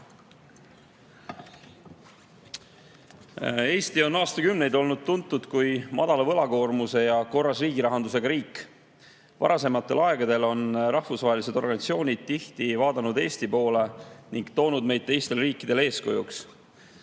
Eesti on aastakümneid olnud tuntud kui madala võlakoormuse ja korras riigirahandusega riik. Varasematel aegadel on rahvusvahelised organisatsioonid tihti vaadanud Eesti poole ning toonud meid teistele riikidele eeskujuks.